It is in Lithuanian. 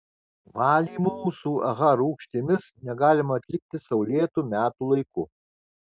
valymų su aha rūgštimis negalima atlikti saulėtu metų laiku